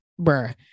bruh